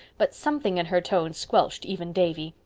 but something in her tone squelched even davy.